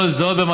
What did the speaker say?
כל זאת,